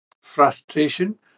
frustration